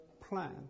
plan